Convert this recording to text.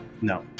No